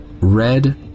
red